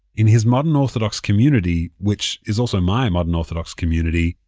in his modern orthodox community, which is also my modern orthodox community,